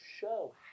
show